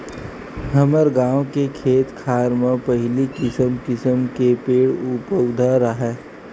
हमर गाँव के खेत खार म पहिली किसम किसम के पेड़ पउधा राहय